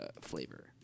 flavor